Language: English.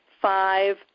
Five